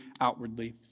outwardly